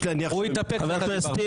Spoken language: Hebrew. חבר הכנסת טיבי, הוא התאפק כשאתה דיברת.